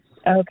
Okay